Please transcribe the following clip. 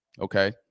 okay